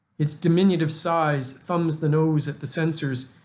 its diminutive size thumbs the nose at the censors,